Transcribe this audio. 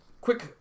Quick